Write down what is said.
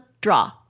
Draw